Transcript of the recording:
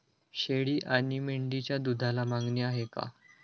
शेळी आणि मेंढीच्या दूधाला मागणी आहे का?